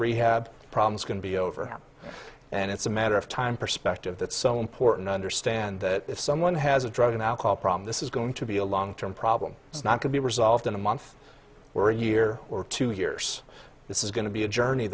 rehab problems can be over and it's a matter of time perspective that's so important to understand that if someone has a drug and alcohol problem this is going to be a long term problem it's not can be resolved in a month we're a year or two years this is going to be a journey